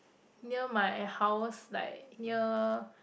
near my house like near